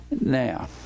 Now